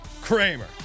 Kramer